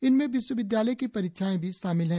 इनमें विश्वविद्यालय की परीक्षाएं भी शामिल हैं